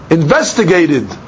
investigated